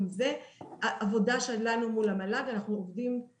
גם זו העבודה שלנו מול המל"ג ומול עוד הרבה מאוד גורמים.